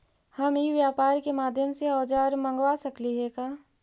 हम ई व्यापार के माध्यम से औजर मँगवा सकली हे का?